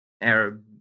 Arab